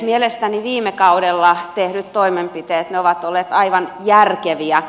mielestäni viime kaudella tehdyt toimenpiteet ovat olleet aivan järkeviä